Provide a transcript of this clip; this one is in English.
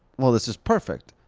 well this is perfect.